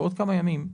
בעוד כמה ימים.